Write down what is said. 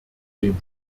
dem